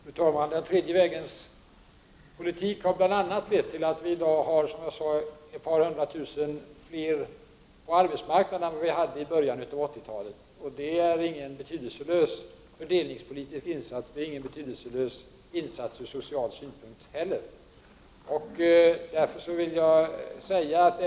Fru talman! Den tredje vägens politik har bl.a. lett till, som jag sade, att ett par hundra tusen fler människor än i början av 80-talet befinner sig på arbetsmarknaden. Det är ingen betydelselös fördelningspolitisk insats, och det är inte heller någon betydelselös insats ur social synpunkt.